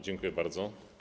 Dziękuję bardzo.